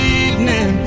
evening